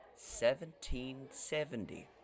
1770